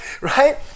right